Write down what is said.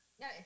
No